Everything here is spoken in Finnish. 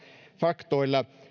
faktoilla